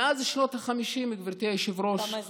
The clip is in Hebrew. מאז שנות החמישים, גברתי היושבת-ראש, כמה אזרחים?